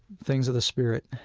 things of the spirit.